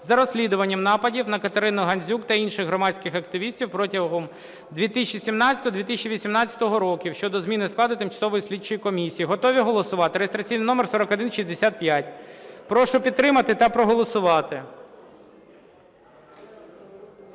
за розслідуваннями нападів на Катерину Гандзюк та інших громадських активістів протягом 2017-2018 років" (щодо зміни складу Тимчасової слідчої комісії). Готові голосувати? Реєстраційний номер 4165. Прошу підтримати та проголосувати.